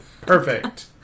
Perfect